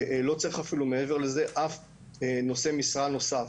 לא צריך אפילו מעבר לזה אף נושא משרה נוסף.